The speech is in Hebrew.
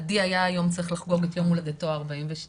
עדי היה היום צריך לחגוג את יום הולדתו ה-42'.